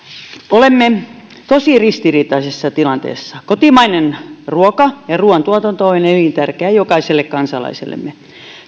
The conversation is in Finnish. olemme tosi ristiriitaisessa tilanteessa kotimainen ruoka ja ruuantuotanto on elintärkeää jokaiselle kansalaisellemme